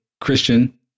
Christian